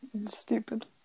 stupid